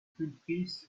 sculptrice